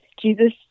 Jesus